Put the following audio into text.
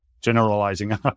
generalizing